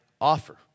offer